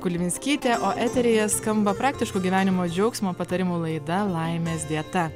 kulvinskytė o eteryje skamba praktiško gyvenimo džiaugsmo patarimų laida laimės dieta